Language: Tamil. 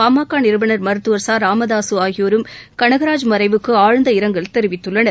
பாமக நிறுவனர் மருத்துவர் ச ராமதாக ஆகியோரும் கனகராஜ் மறைவுக்கு ஆழ்ந்த இரங்கல் தெரிவித்துள்ளனர்